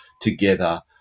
together